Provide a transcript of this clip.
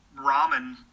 ramen